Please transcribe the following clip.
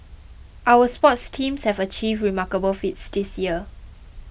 our sports teams have achieved remarkable feats this year